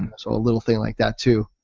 so a little thing like that too.